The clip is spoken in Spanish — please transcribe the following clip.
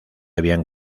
habían